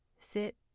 sit